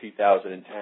2010